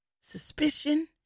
suspicion